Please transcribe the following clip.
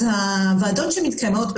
הוועדות שמתקיימות,